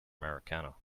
americano